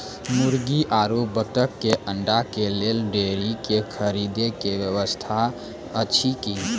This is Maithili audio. मुर्गी आरु बत्तक के अंडा के लेल डेयरी के खरीदे के व्यवस्था अछि कि?